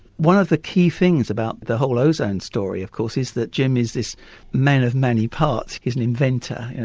one of the key things about the whole ozone story of course is that jim is this man of many parts. he's an inventor,